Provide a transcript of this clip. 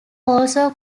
also